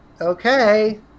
okay